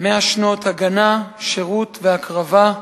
100 שנות הגנה, שירות והקרבה,